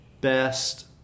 best